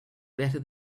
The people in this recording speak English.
better